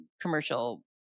commercial